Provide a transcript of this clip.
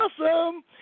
awesome